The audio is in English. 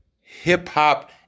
hip-hop